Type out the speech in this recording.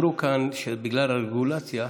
אני היססתי כשאמרו כאן שבגלל הרגולציה,